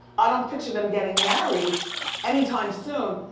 i don't picture them getting married any time soon,